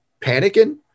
panicking